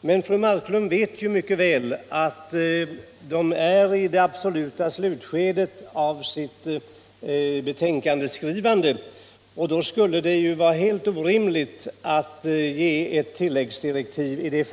men fru Marklund vet mvcket väl att den är i det absoluta slutskedet av silt arbete och utt det då skulle vara helt orimligt att ge den tilläggsdirektiv.